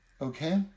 Okay